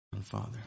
Father